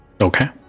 Okay